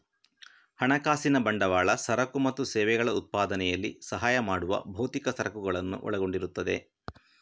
ಹಣಕಾಸಿನ ಬಂಡವಾಳ ಸರಕು ಮತ್ತು ಸೇವೆಗಳ ಉತ್ಪಾದನೆಯಲ್ಲಿ ಸಹಾಯ ಮಾಡುವ ಭೌತಿಕ ಸರಕುಗಳನ್ನು ಒಳಗೊಂಡಿರುತ್ತದೆ